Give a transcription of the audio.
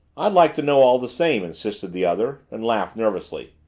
i'd like to know all the same, insisted the other, and laughed nervously.